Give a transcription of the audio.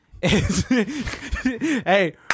hey